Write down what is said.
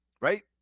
Right